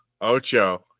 Ocho